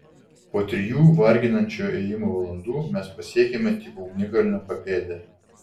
po trijų varginančio ėjimo valandų mes pasiekėme tik ugnikalnio papėdę